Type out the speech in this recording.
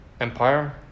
empire